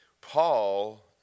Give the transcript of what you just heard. Paul